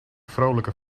vrolijke